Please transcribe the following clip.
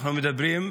אנחנו מדברים,